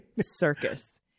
circus